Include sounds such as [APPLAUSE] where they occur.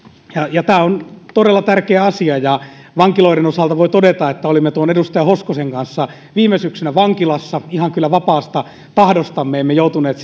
tämä on todella tärkeä asia vankiloiden osalta voi todeta että olimme edustaja hoskosen kanssa viime syksynä vankilassa ihan kyllä vapaasta tahdostamme emme joutuneet [UNINTELLIGIBLE]